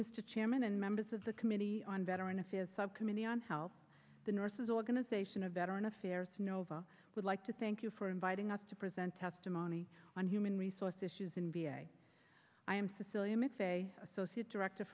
mr chairman and members of the committee on veteran affairs subcommittee on how the nurses organization of veteran affairs nova would like to thank you for inviting us to present testimony on human resource issues and i am sicilia associate director